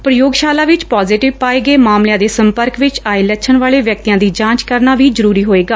ਪ੍ਰਯੋਗਸ਼ਾਲਾ ਵਿਚ ਪਾਜ਼ੇਟਿਵ ਪਾਏ ਗਏ ਮਾਮਲਿਆਂ ਦੇ ਸੰਪਰਕ ਵਿਚ ਆਏ ਲੱਛਣ ਵਾਲੇ ਵਿਅਕਤੀਆਂ ਦੀ ਜਾਂਚ ਕਰਨਾ ਵੀ ਜ਼ਰੁਰੀ ਹੋਵੇਗਾ